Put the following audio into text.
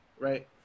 right